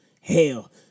Hell